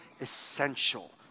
essential